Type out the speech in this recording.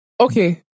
Okay